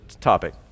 topic